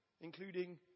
including